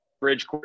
bridge